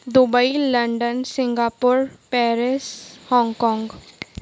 Dubai London Singapore Paris Hong Kong